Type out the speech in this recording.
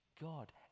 God